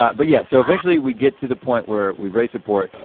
but but yeah, so eventually we get to the point where we raise support.